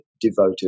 devoted